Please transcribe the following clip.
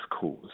cause